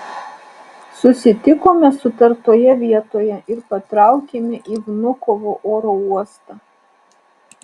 susitikome sutartoje vietoje ir patraukėme į vnukovo oro uostą